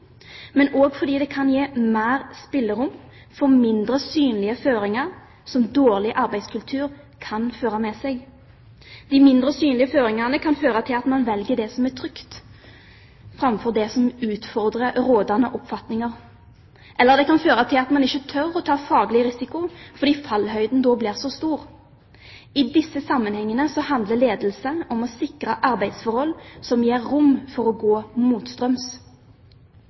og fordi det kan gi mer spillerom for mindre synlige føringer, som dårlig arbeidskultur kan føre med seg. De mindre synlige føringene kan føre til at man velger det som er trygt framfor det som utfordrer rådende oppfatninger, eller det kan føre til at man ikke tør å ta faglig risiko fordi fallhøyden da blir så stor. I disse sammenhengene handler ledelse om å sikre arbeidsforhold som gir rom for å gå motstrøms.